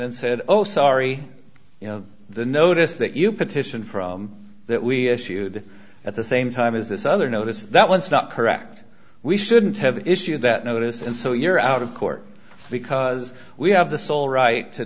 and said oh sorry you know the notice that you petition for that we shewed at the same time as this other notice that was not correct we shouldn't have issued that notice and so your out of court because we have the sole right to